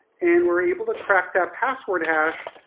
and we're able to crack that password hash,